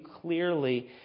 clearly